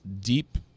deep